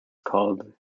called